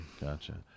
Gotcha